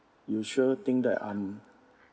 you sure think that I'm